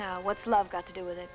and what's love got to do with it